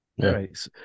Right